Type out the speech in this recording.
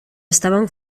estaven